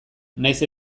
nahiz